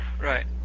Right